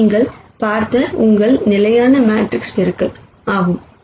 இது நீங்கள் பார்த்த உங்கள் நிலையான மேட்ரிக்ஸ் பெருக்கல் ஆகும்